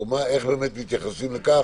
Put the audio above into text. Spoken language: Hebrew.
איך באמת מתייחסים למצב